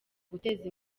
guteza